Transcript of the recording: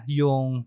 yung